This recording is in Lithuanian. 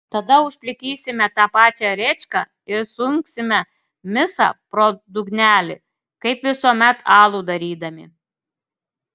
tada užplikysime tą pačią rėčką ir sunksime misą pro dugnelį kaip visuomet alų darydami